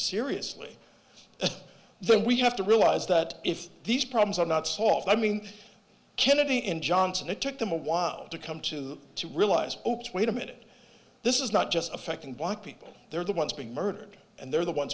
seriously then we have to realize that if these problems are not soft i mean kennedy and johnson it took them a while to come to them to realize wait a minute this is not just affecting black people they're the ones being murdered and they're the ones